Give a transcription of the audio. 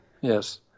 yes